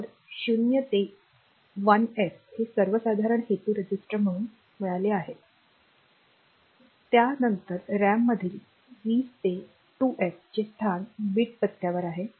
तर 0 ते 1 F हे सर्वसाधारण हेतू रजिस्टर म्हणून मिळाले आहे त्यानंतर रॅममधील 20 ते 2 F चे स्थान बीट पत्त्यावर आहे